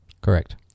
Correct